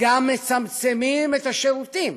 גם מצמצמים את השירותים.